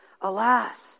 Alas